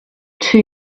too